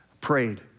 Prayed